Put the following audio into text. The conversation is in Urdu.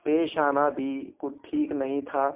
پیش آنا بھی کچھ ٹھیک نہیں تھا